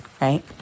right